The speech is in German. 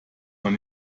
man